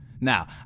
Now